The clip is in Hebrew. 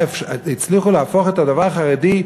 הצליחו להפוך את הדבר החרדי,